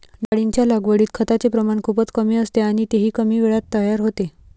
डाळींच्या लागवडीत खताचे प्रमाण खूपच कमी असते आणि तेही कमी वेळात तयार होते